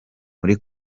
muri